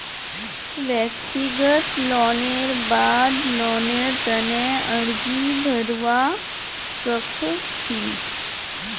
व्यक्तिगत लोनेर बाद लोनेर तने अर्जी भरवा सख छि